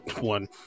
one